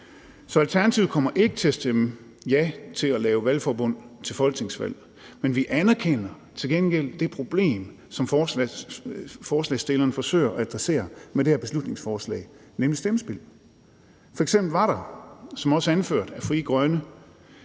Så Alternativet kommer ikke til at stemme ja til at lave valgforbund til folketingsvalg, men vi anerkender til gengæld det problem, som forslagsstilleren forsøger at adressere med det her beslutningsforslag, nemlig stemmespild. Der var f.eks., som også anført af Frie Grønne,